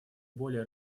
более